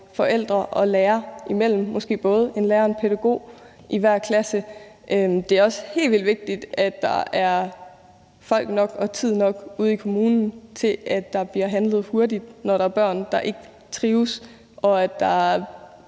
forældre og lærere imellem; måske kan der både være en lærer og en pædagog i hver klasse. Det er også helt vildt vigtigt, at der er folk nok og tid nok ude i kommunen til, at der bliver handlet hurtigt, når der er børn, der ikke trives, og at der